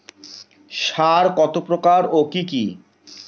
সার কত প্রকার ও কি কি?